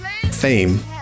Fame